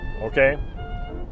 okay